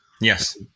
Yes